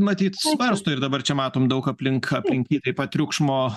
matyt svarsto ir dabar čia matom daug aplink aplink jį taip pat triukšmo